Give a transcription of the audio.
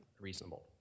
reasonable